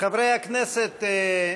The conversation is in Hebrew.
חברי הכנסת,